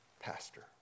pastor